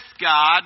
God